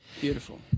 Beautiful